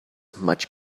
much